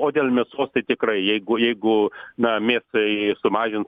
o dėl mėsos tai tikrai jeigu jeigu na mėsai sumažins